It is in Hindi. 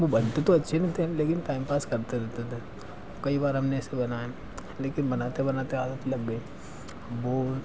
वह बनाते तो अच्छे नहीं थे लेकिन टाइम पास करते रहते थे कई बार हमें इसको बनाया लेकिन बनाते बनाते आदत लग गई वह